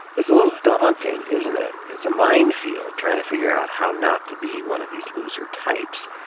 it's a little daunting, isn't it? it's a minefield trying to figure out how not to be one of these loser types.